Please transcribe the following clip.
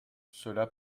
cela